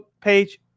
page